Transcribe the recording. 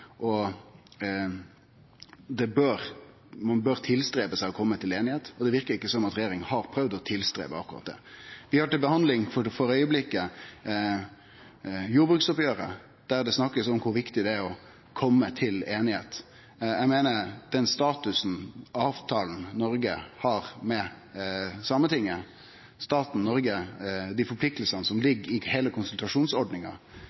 Ein bør freiste å kome til einigheit. Det verkar ikkje som at regjeringa har prøvd akkurat det. Vi har for augeblinken til behandling jordbruksoppgjeret, der det blir snakka om kor viktig det er å kome til einigheit. Eg meiner den statusen som avtala som staten Noreg har med Sametinget, dei pliktene som